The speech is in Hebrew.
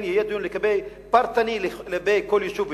יהיה דיון פרטני לגבי כל יישוב ויישוב,